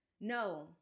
No